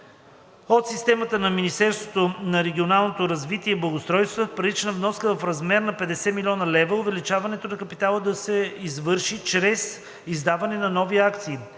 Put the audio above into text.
от системата на Министерството на регионалното развитие и благоустройството, с парична вноска в размер на 50 000 000 лв. Увеличаването на капитала да се извърши чрез издаване на нови акции.